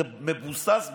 זה מבוסס בהם.